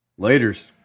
Laters